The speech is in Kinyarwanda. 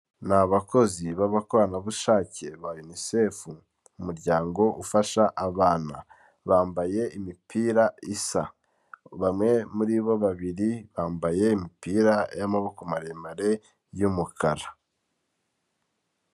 Ni abakozi b'abakoranabushake ba unicef umuryango ufasha abana, bambaye imipira isa, bamwe muri bo, babiri bambaye imipira y'amaboko maremare y'umukara.